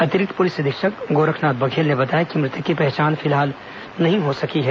अतिरिक्त पुलिस अधीक्षक गोरखनाथ बघेल ने बताया कि मृतक की पहचान फिलहाल नहीं हो सकी है